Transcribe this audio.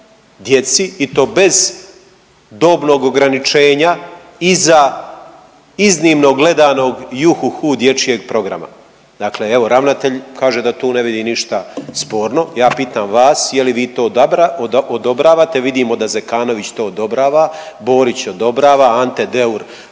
i to bez dobnog ograničenja iza iznimnog gledanog Juhuhu dječjeg programa. Dakle, ravnatelj kaže da tu ne vidi ništa sporno, ja pitam vas je li vi to odobravate, vidimo da Zekanović to odobrava, Borić odobrava, Ante Deur